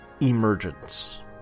Emergence